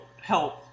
help